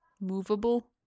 movable